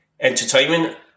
entertainment